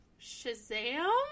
Shazam